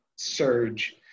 surge